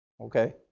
Okay